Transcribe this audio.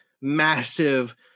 massive